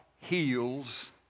heals